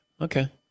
Okay